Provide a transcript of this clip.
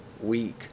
week